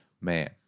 man